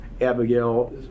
Abigail